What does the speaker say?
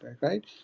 right